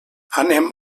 anem